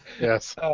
Yes